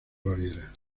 baviera